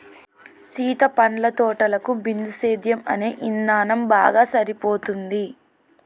సీత పండ్ల తోటలకు బిందుసేద్యం అనే ఇధానం బాగా సరిపోతుంది